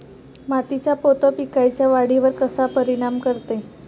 मातीचा पोत पिकाईच्या वाढीवर कसा परिनाम करते?